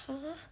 !huh!